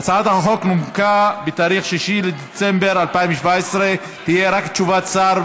הצעת החוק נומקה ב-6 בדצמבר 2017. תהיה רק תשובת שר,